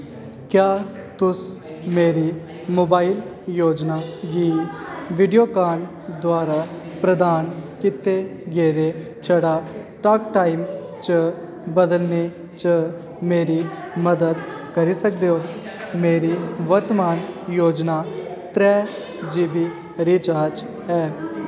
क्या तुस मेरी मोबाइल योजना गी वीडियोकान द्वारा प्रदान कीते गेदे छड़ा टाक टाइम च बदलने च मेरी मदद करी सकदे ओ मेरी वर्तमान योजना त्रै जी बी रिचार्ज ऐ